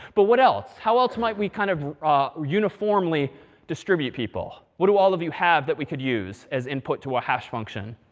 but what else? how else might we kind of uniformly distribute people? what do all of you have that we could use as input to a hash function?